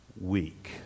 Weak